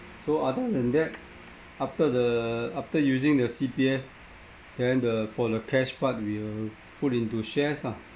so other than that after the after using the C_P_F then the for the cash part we'll put into shares lah